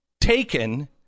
taken